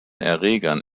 erregern